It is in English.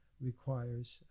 requires